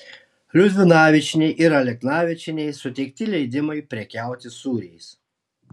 liudvinavičienei ir aleknavičienei suteikti leidimai prekiauti sūriais